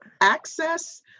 access